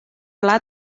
pla